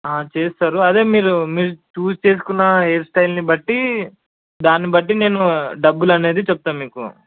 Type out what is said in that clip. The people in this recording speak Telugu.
చేస్తరు అదే మీరు మీరు చూజ్ చేసుకున్న హెయిర్ స్టైల్ని బట్టి దాన్ని బట్టి నేను డబ్బులు అనేది చెప్తా మీకు